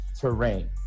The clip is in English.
terrain